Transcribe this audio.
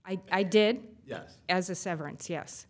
out i did yes as a severance yes